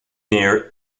near